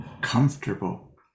comfortable